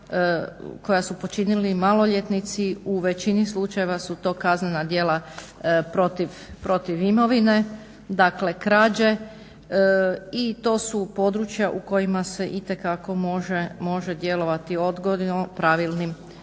koja su počinili maloljetnici u većini slučajevi su to kaznena djela protiv imovine, dakle krađe. I to su područja u kojima se itekako može djelovati odgojno pravilnim pristupom.